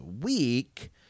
week